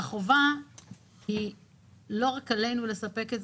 והחובה היא לא רק עלינו לספק,